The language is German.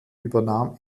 übernahm